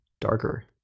darker